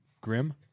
grim